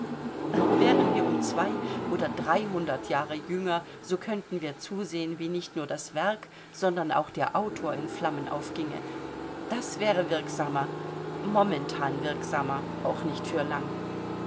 wären wir um zwei oder dreihundert jahre jünger so könnten wir zusehen wie nicht nur das werk sondern auch der autor in flammen aufginge das wäre wirksamer momentan wirksamer auch nicht für lang